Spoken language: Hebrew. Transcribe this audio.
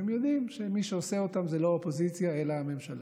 הם יודעים שמי שעושה אותם זה לא האופוזיציה אלא הממשלה.